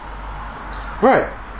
Right